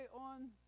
on